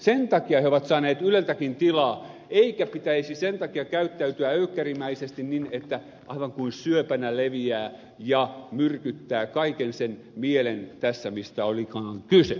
sen takia he ovat saaneet yleltäkin tilaa eikä pitäisi sen takia käyttäytyä öykkärimäisesti niin että aivan kuin syöpänä leviää ja myrkyttää kaiken sen mielen tässä mistä olikaan kyse